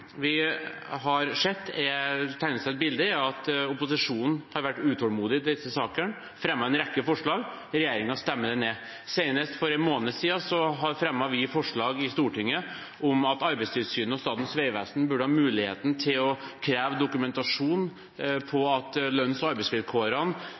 vi har sett, er at det tegner seg et bilde av at opposisjonen har vært utålmodig i disse sakene og fremmet en rekke forslag, men regjeringen stemmer det ned. Senest for en måned siden fremmet vi forslag i Stortinget om at Arbeidstilsynet og Statens vegvesen burde ha muligheten til å kreve dokumentasjon